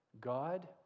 God